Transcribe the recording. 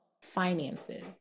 finances